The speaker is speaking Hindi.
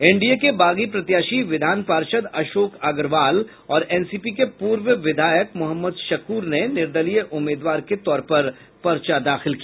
एनडीए के बागी प्रत्याशी विधान पार्षद् अशोक अग्रवाल और एनसीपी के पूर्व विधायक मोहम्मद शकूर ने निर्दलीय उम्मीदवार के तौर पर पर्चा दाखिल किया